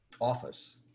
office